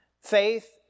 Faith